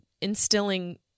instilling